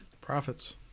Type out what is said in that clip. Profits